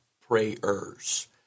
prayers